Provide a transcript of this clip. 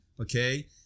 okay